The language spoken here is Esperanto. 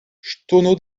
ŝtono